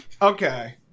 Okay